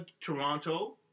Toronto